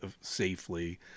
safely